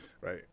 right